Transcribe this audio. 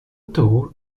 toll